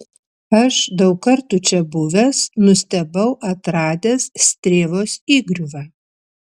aš daug kartų čia buvęs nustebau atradęs strėvos įgriuvą